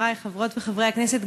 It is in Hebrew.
חברי חברות וחברי הכנסת,